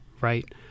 right